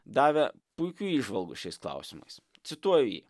davė puikių įžvalgų šiais klausimas cituoju jį